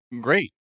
great